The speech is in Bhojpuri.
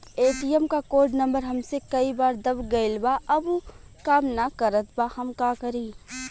ए.टी.एम क कोड नम्बर हमसे कई बार दब गईल बा अब उ काम ना करत बा हम का करी?